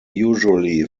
usually